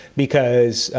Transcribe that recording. because,